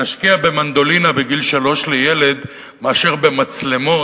להשקיע במנדולינה לילד בגיל שלוש מאשר במצלמות